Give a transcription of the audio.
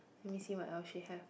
let me see what else she have